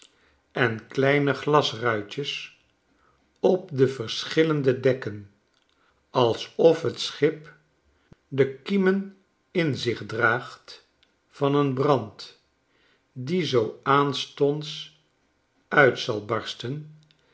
en kleine glasruitjes op de verschillende dekken alsof het schip de kiemen in zich draagt van een brand die zoo aanstondsuitzalbarsten